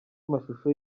amashusho